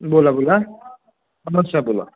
बोला बोला नमस्कार बोला